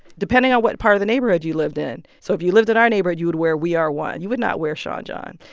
depending on what part of the neighborhood you lived in so if you lived in our neighborhood, you would wear we are one. you would not wear sean john.